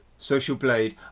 Socialblade